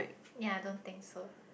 ya don't think so